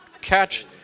catch